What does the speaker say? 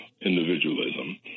individualism